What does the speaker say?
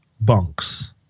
bunks